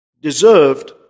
deserved